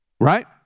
right